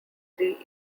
three